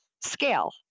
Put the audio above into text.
scale